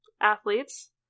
athletes